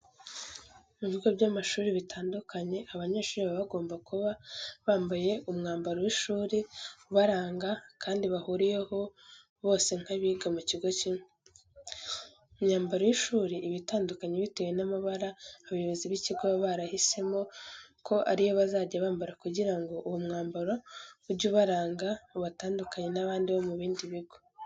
Mu bigo by'amashuri bitandukanye, abanyeshuri baba bagomba kuba bambaye umwambaro w'ishuri ubaranga kandi bahuriyeho bose nk'abiga mu kigo kimwe. Imyambaro y'ishuri iba itandukanye bitewe n'amabara abayobozi b'ikigo baba barahisemo ko ari yo bazajya bambara kugira ngo uwo mwambaro ujye ubaranga ubatandukanye n'abandi bo mu bindi bigo.